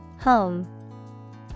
Home